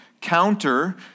counter